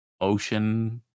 ocean